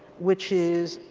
which is,